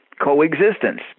coexistence